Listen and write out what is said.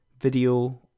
video